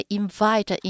invite